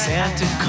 Santa